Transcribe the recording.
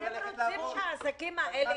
--- לפני חמש-עשר דקות אמרתם,